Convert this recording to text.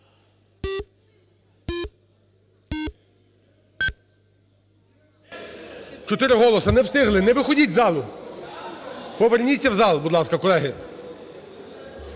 Чотири голоси. Не встигли. Не виходіть із залу. Поверніться в зал, будь ласка, колеги.